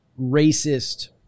racist